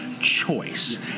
choice